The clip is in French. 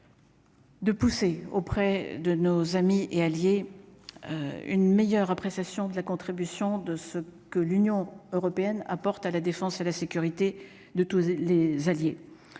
De pousser auprès de nos amis et alliés, une meilleure appréciation de la contribution de ce que l'Union européenne apporte à la défense et la sécurité de tous les alliés,